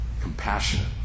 compassionate